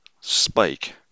spike